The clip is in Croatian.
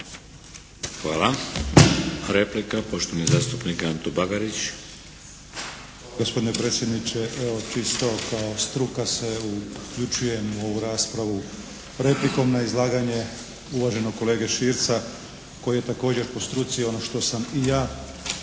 Hvala. Replika poštovani zastupnik Antun Bagarić.